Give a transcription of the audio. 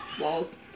Walls